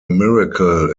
miracle